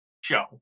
show